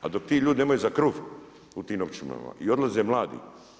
A dok ti ljudi nemaju za kruh u tim općinama i odlaze mladi.